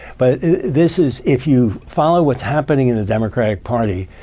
but this is, if you follow what's happening in the democratic party,